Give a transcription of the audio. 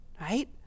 right